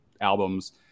albums